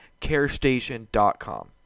carestation.com